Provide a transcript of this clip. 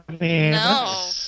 No